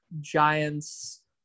Giants